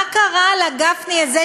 מה קרה לגפני הזה,